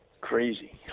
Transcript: crazy